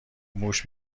موش